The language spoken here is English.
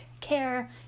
care